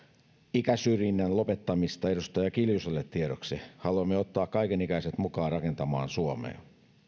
ikäsyrjinnän lopettamista edustaja kiljuselle tiedoksi haluamme ottaa kaiken ikäiset mukaan rakentamaan suomea